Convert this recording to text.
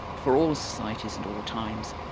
for all societies and all times,